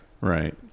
right